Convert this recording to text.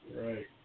right